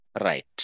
Right